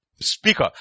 Speaker